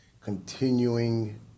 continuing